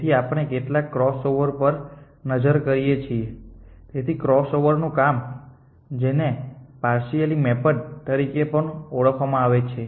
તેથી આપણે કેટલાક ક્રોસઓવરપર નજર કરીએ છીએ તેથી ક્રોસઓવરનું કામ જેને પાર્શ્યલી મેપડ ક્રોસઓવર PMX તરીકે પણ ઓળખવામાં આવે છે